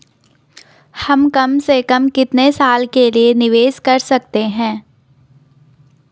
हम कम से कम कितने साल के लिए निवेश कर सकते हैं?